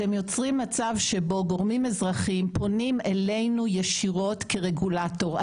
אתם יוצרים מצב שבו גורמים אזרחיים פונים אלינו ישירות כרגולטור.